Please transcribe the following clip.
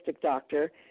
doctor